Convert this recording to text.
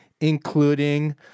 including